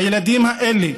הילדים האלה